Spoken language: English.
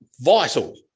vital